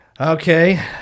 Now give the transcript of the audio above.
Okay